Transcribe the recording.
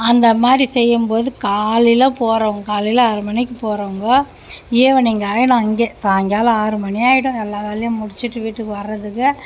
அந்த மாதிரி செய்யும்போது காலையில் போகிறோம் காலையில் ஆறு மணிக்கு போறவங்கோ ஈவ்னிங் ஆகிடும் அங்கே சாய்ங்காலம் ஆறு மணி ஆகிடும் எல்லா வேலையும் முடிச்சுட்டு வீட்டுக்கு வரதுக்கு